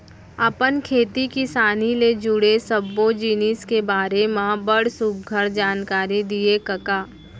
अपन खेती किसानी ले जुड़े सब्बो जिनिस के बारे म बड़ सुग्घर जानकारी दिए कका